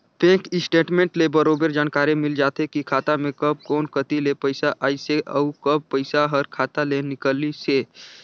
bank statement ले बरोबर जानकारी मिल जाथे की खाता मे कब कोन कति ले पइसा आइसे अउ कब पइसा हर खाता ले निकलिसे